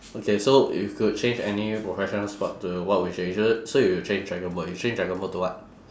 okay so if you could change any professional sport to what would you change it so you would change dragon boat you change dragon boat to what